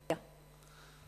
אני מציעה לדון